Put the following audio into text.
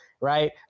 right